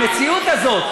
המציאות הזאת,